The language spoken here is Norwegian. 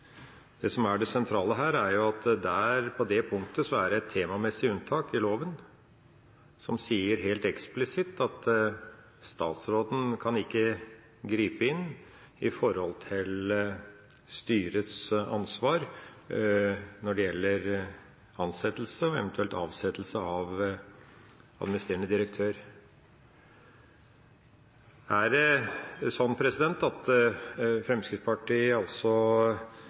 Det som er det sentrale her, er at på det punktet er det et temamessig unntak i loven som sier helt eksplisitt at statsråden ikke kan gripe inn i forhold til styrets ansvar når det gjelder ansettelse og eventuelt avsettelse av administrerende direktør. Er det sånn at Fremskrittspartiet altså